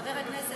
חבר הכנסת.